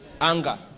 anger